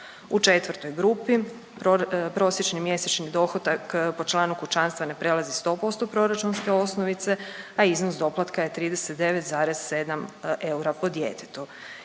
U četvrtoj grupi prosječni mjesečni dohodak po članu kućanstva ne prelazi 100% proračunske osnovice, a iznos doplatka je 39,07 eura po djetetu